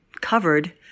covered